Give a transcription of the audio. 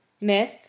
myth